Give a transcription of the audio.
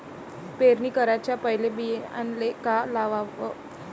पेरणी कराच्या पयले बियान्याले का लावाव?